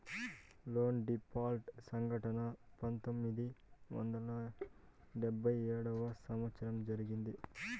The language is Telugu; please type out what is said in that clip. లోన్ డీపాల్ట్ సంఘటన పంతొమ్మిది వందల డెబ్భై ఏడవ సంవచ్చరంలో జరిగింది